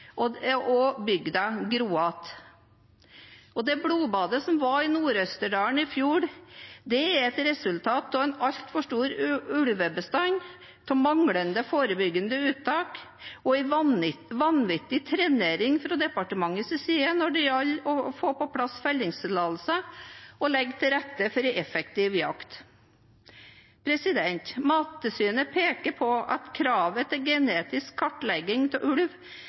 blir redusert, og bygda gror igjen. Blodbadet i Nord-Østerdalen i fjor er et resultat av altfor stor ulvebestand, manglende forebyggende uttak og en vanvittig trenering fra departements side når det gjelder å få på plass fellingstillatelser og å legge til rette for effektiv jakt. Mattilsynet peker på at kravet til genetisk kartlegging av ulv